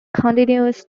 continues